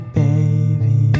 baby